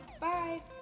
Bye